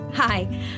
Hi